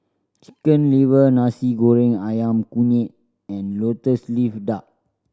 Chicken Liver Nasi Goreng Ayam Kunyit and Lotus Leaf Duck